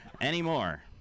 anymore